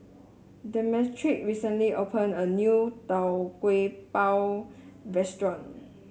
Demetric recently opened a new Tau Kwa Pau restaurant